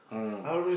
mm